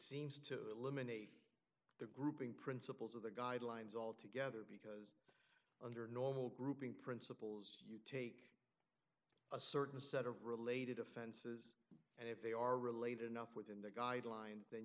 seems to me the grouping principals of the guidelines all together because under normal grouping prince you take a certain set of related offenses and if they are related enough within the guidelines then